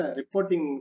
reporting